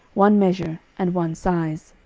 one measure, and one size.